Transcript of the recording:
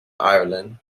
ireland